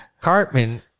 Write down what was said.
cartman